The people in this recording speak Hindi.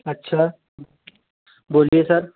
अच्छा बोलिए सर